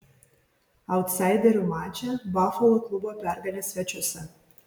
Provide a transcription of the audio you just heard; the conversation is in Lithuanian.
autsaiderių mače bafalo klubo pergalė svečiuose